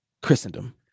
Christendom